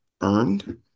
earned